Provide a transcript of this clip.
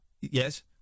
yes